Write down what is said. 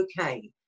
okay